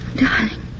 Darling